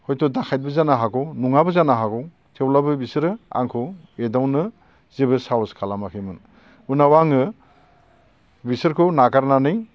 हयथ' दाखायथबो जानो हागौ नङाबो जानो हागौ थेवब्लाबो बिसोरो आंखौ एदावनो जेबो साहस खालामाखैमोन उनाव आङो बिसोरखौ नागारनानै